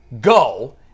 go